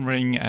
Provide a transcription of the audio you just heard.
Ring